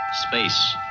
Space